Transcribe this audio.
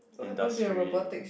industry